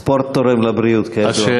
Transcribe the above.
ספורט תורם לבריאות, כידוע.